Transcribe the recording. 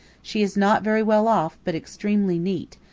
she is not very well off, but extremely neat,